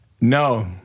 No